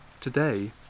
Today